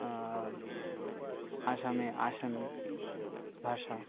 আসামে অসমিয়া ভাষা